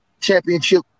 championship